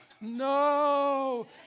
No